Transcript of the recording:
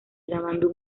grabando